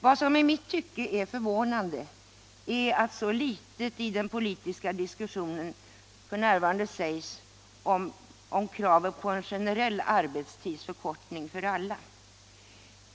Vad som i mitt tycke är förvånande är att så litet f.n. sägs i den politiska diskussionen om kravet på en generell arbetstidsförkortning för alla.